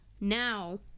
now